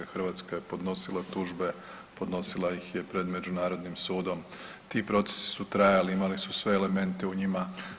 Hrvatska je podnosila tužbe, podnosila ih je pred međunarodnim sudom, ti procesi su trajali, imali su sve elementima u njima.